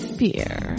beer